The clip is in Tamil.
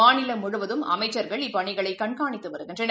மநிலம் முழுவதும் அமைச்சர்கள் இப்பணிகளைகண்காணித்துவருகின்றனர்